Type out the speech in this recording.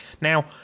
Now